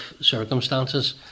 circumstances